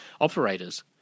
operators